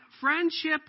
friendship